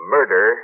Murder